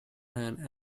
and